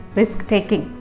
risk-taking